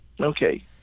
okay